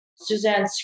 Suzanne